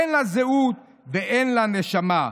אין לה זהות ואין לה נשמה".